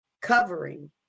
covering